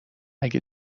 اگه